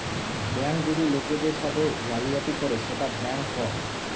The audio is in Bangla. ব্যাঙ্ক যদি লোকের সাথে জালিয়াতি করে সেটা ব্যাঙ্ক ফ্রড